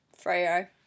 Freo